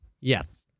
yes